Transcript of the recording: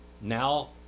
now